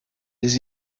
des